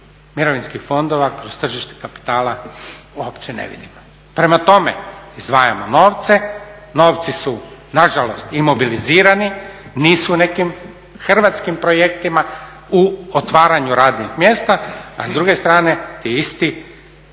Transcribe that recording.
mirovinskih fondova kroz tržište kapitala uopće ne vidimo. Prema tome, izdvajamo novce, novci su nažalost imobilizirani, nisu u nekim hrvatskim projektima u otvaranju radnih mjesta, a s druge strane ti isti